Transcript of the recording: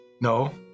No